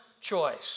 choice